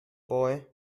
boy